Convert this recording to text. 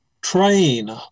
train